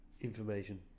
information